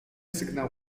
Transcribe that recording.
sygnał